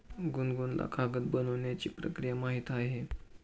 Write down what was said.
गुनगुनला कागद बनवण्याची प्रक्रिया माहीत आहे